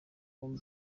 ubu